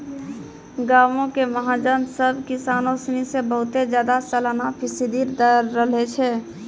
गांवो के महाजन सभ किसानो सिनी से बहुते ज्यादा सलाना फीसदी दर लै छै